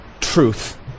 truth